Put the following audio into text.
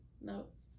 notes